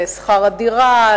לשכר הדירה,